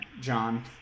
John